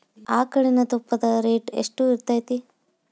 ಆಕಳಿನ ತುಪ್ಪದ ರೇಟ್ ಎಷ್ಟು ಇರತೇತಿ ರಿ?